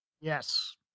Yes